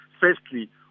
firstly